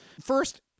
First